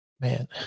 Man